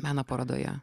meno parodoje